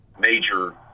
major